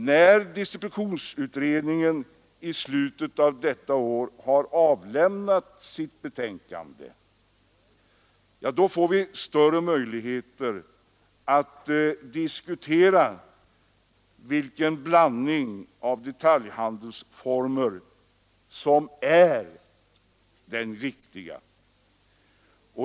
När distributionsutredningen i slutet av detta år har avlämnat sitt betänkande får vi större möjligheter att diskutera vilken blandning av detaljhandelsformer som är den riktiga.